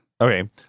Okay